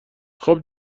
خوب